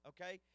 Okay